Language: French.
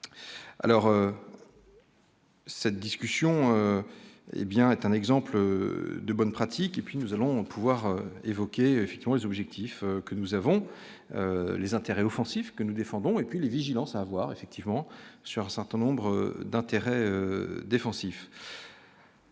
alors. Cette discussion, hé bien est un exemple de bonne pratique et puis nous allons pouvoir évoquer effectivement les objectifs que nous avons les intérêts offensifs que nous défendons et puis les vigilance avoir effectivement sur un certain nombre d'intérêts défensifs.